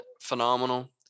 phenomenal